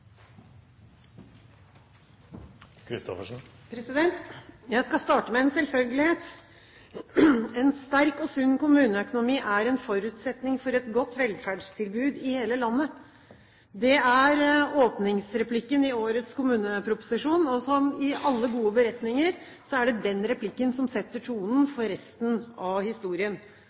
en forutsetning for et godt velferdstilbud i hele landet.» Det er åpningsreplikken i årets kommuneproposisjon, og som i alle gode beretninger er det den replikken som setter tonen for resten av historien.